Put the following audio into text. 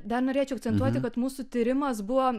dar norėčiau akcentuoti kad mūsų tyrimas buvo